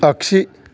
आगसि